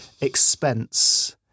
expense